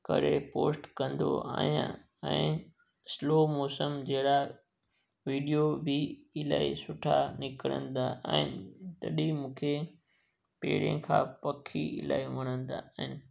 करे पोस्ट कंदो आया ऐं स्लॉ मोशन जहिड़ा वीडियो बि इलाही सुठा निकिरंदा आहिनि तॾहिं मूंखे पहिरीं खां पखी इलाही वणंदा आहिनि